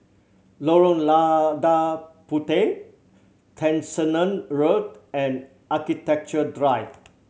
Lorong Lada Puteh Tessensohn Road and Architecture Drive